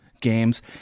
games